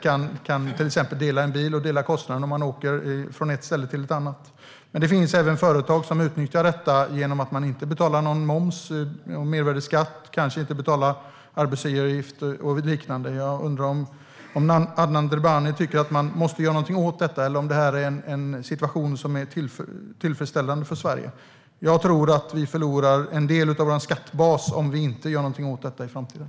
Man kan till exempel dela på en bil och dela på kostnaderna när man åker från ett ställe till ett annat. Men det finns även företag som utnyttjar detta genom att de inte betalar någon moms, mervärdesskatt. De kanske inte heller betalar arbetsgivaravgifter och liknande. Jag undrar om Adnan Dibrani tycker att man måste göra någonting åt detta, eller om detta är en situation som är tillfredsställande för Sverige. Jag tror att vi förlorar en del av vår skattebas om vi inte gör någonting åt detta i framtiden.